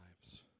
lives